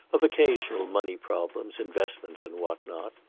of occasional money problems, investments and what not.